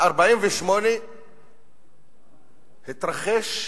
ב-1948 התרחש גזל.